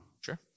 Sure